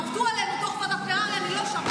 עבדו עלינו --- אני לא שם,